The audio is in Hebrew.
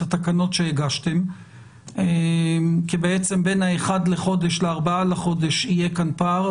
התקנות שהגשתם כי בין ה-1 ל-4 בחודש יהיה כאן פער.